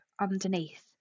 underneath